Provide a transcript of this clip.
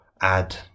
add